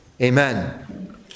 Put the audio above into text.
Amen